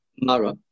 Mara